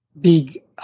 big